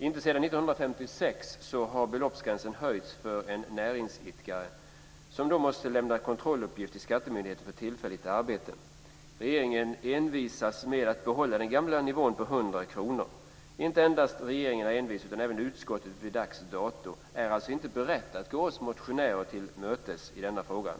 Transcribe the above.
Inte sedan 1956 har beloppsgränsen höjts för en näringsidkare som måste lämna kontrolluppgift till skattemyndigheten för tillfälligt arbete. Regeringen envisas med att behålla den gamla nivån på 100 kr. Inte endast regeringen är envis, utan även utskottet är vid dags dato inte berett att gå oss motionärer till mötes i denna fråga.